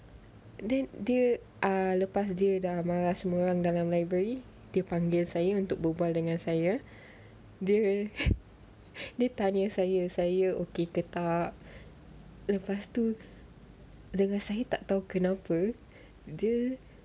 dia dia ah lepas dia dah marah semua orang dalam library dia panggil saya untuk berbual dengan saya dia dia tanya saya saya okay ke tak lepas tu dengan saya tak tahu kenapa dia